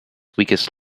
weakest